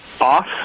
off